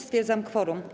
Stwierdzam kworum.